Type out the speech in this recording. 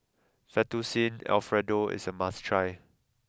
Fettuccine Alfredo is a must try